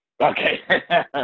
Okay